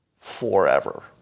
forever